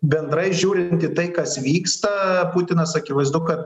bendrai žiūrint į tai kas vyksta putinas akivaizdu kad